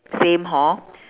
same hor